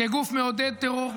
כגוף מעודד טרור,